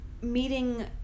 meeting